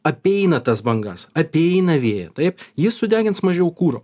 apeina tas bangas apeina vėją taip jis sudegins mažiau kuro